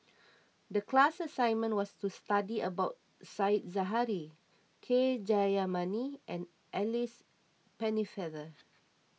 the class assignment was to study about Said Zahari K Jayamani and Alice Pennefather